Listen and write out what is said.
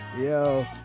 Yo